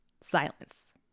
Silence